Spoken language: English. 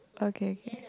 okay K